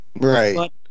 Right